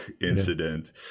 incident